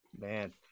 man